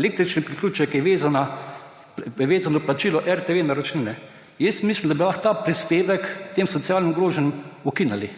električni priključek je vezano plačilo RTV-naročnine. Jaz mislim, da bi lahko ta prispevek tem socialno ogroženim ukinili.